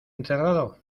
encerrado